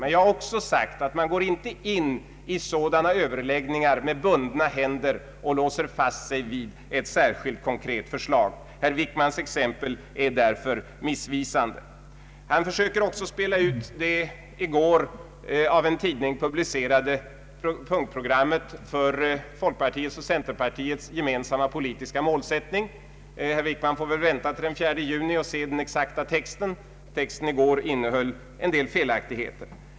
Men jag har också sagt att man går inte in i sådana överläggningar med bundna händer och låser fast sig vid ett särskilt konkret förslag. Ang. den ekonomiska politiken, m.m. Herr Wickmans referat är därför missvisande. Han försöker också spela ut det i går av en tidning publicerade punktprogrammet för folkpartiets och centerpartiets gemensamma politiska målsättning. Herr Wickman får väl vänta till den 4 juni och se den exakta texten. Texten i går innehöll en del felaktigheter.